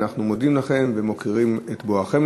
אנחנו מודים לכם ומוקירים את בואכם,